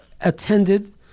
attended